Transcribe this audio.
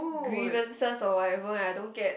grievances or whatever I don't get